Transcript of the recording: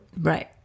Right